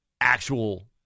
actual